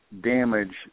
damage